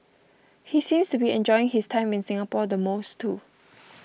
he seems to be enjoying his time in Singapore the most too